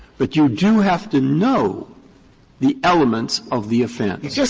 but you do have to know the elements of the offense.